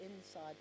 inside